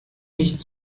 nicht